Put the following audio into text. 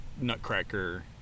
nutcracker